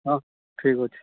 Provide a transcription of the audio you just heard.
ହଁ ଠିକ୍ ଅଛି